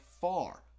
far